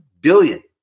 billion